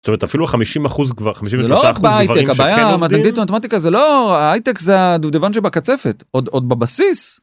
‫זאת אומרת, אפילו ה-50%, 53% ‫גברים שכן עובדים. ‫זה לא רק בהיי טק. הבעיה עם האנגלית והמתמטיקה זה לא... ‫ההייטק זה הדובדבן שבקצפת, ‫עוד בבסיס.